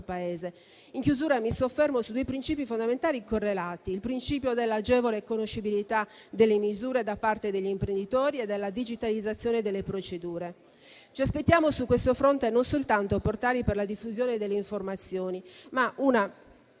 Paese. In chiusura vorrei soffermarmi su due principi fondamentali correlati: quello dell'agevole conoscibilità delle misure da parte degli imprenditori e della digitalizzazione delle procedure. Su questo fronte ci aspettiamo non soltanto portali per la diffusione delle informazioni, ma una